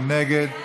מי נגד?